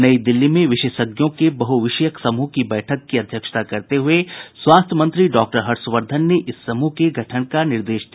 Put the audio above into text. नई दिल्ली में विशेषज्ञों के बहुविषयक समूह की बैठक की अध्यक्षता करते हुए स्वास्थ्य मंत्री डॉक्टर हर्ष वर्धन ने इस समूह के गठन का निर्देश दिया